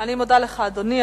אני מודה לך, אדוני.